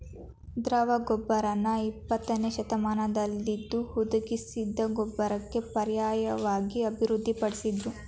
ದ್ರವ ಗೊಬ್ಬರನ ಇಪ್ಪತ್ತನೇಶತಮಾನ್ದಲ್ಲಿ ಹುದುಗಿಸಿದ್ ಗೊಬ್ಬರಕ್ಕೆ ಪರ್ಯಾಯ್ವಾಗಿ ಅಭಿವೃದ್ಧಿ ಪಡಿಸುದ್ರು